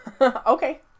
okay